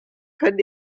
können